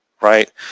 right